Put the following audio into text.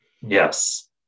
yes